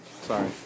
Sorry